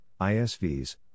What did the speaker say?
ISVs